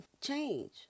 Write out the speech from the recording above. change